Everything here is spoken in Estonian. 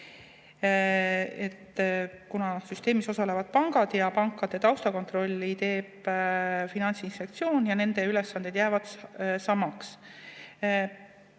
et ei. Süsteemis osalevate pankade taustakontrolli teeb Finantsinspektsioon ja nende ülesanded jäävad samaks.